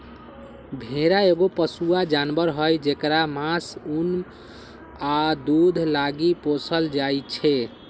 भेड़ा एगो पोसुआ जानवर हई जेकरा मास, उन आ दूध लागी पोसल जाइ छै